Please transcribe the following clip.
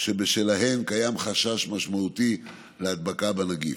שבשלהן קיים חשש משמעותי להדבקה בנגיף.